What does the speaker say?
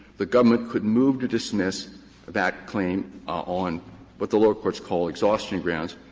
the government could move to dismiss that claim on what the lower courts call exhaustion grounds.